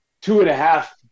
two-and-a-half